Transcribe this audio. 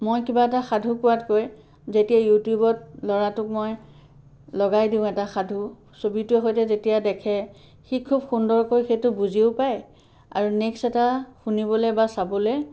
মই কিবা এটা সাধু কোৱাতকৈ যেতিয়া ইউটিউবত ল'ৰাটোক মই লগাই দিওঁ এটা সাধু ছবিটোৰে সৈতে যেতিয়া দেখে সি খুব সুন্দৰকৈ সেইটো বুজিও পায় আৰু নেক্সট এটা শুনিবলৈ বা চাবলৈ